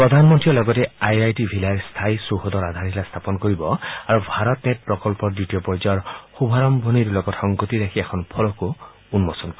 প্ৰধানমন্ৰীয়ে লগতে I I T ভিলাইৰ স্থায়ী চৌহদৰ আধাৰশিলা স্থাপন কৰিব আৰু ভাৰতনেট প্ৰকল্পৰ দ্বিতীয় পৰ্যায়ৰ শুভাৰম্ভণিৰ লগত সংগতি ৰাখি এখন ফলকো উন্মোচন কৰিব